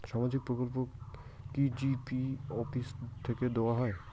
সামাজিক প্রকল্প কি জি.পি অফিস থেকে দেওয়া হয়?